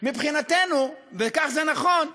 מבחינתנו, וכך זה נכון,